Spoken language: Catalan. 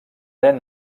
eren